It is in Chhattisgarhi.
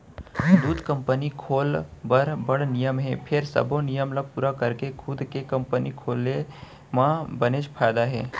दूद कंपनी खोल बर बड़ नियम हे फेर सबो नियम ल पूरा करके खुद के कंपनी खोले म बनेच फायदा हे